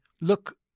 Look